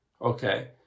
Okay